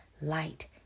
light